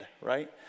Right